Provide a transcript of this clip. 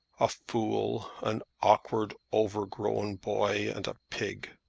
a fool, an awkward overgrown boy, and a pig.